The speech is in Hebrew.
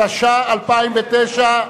התש"ע 2009,